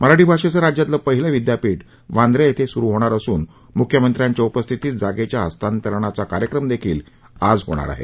मराठी भाषेचं राज्यातलं पहिलं विद्यापीठ वांद्रे येथे सुरू होणार असून मुख्यमंत्र्यांच्या उपस्थितीत जागेच्या हस्तांतरणाचा कार्यक्रम देखील आज होणार आहे